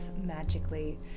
magically